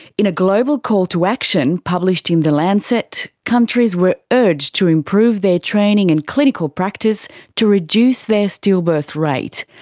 in a global call to action, published in the lancet, countries were urged to improve their training and clinical practice to reduce their stillbirth rate.